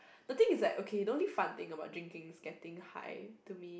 the thing is like okay the only fun thing about drinking is getting high to me